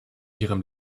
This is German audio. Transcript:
ihrem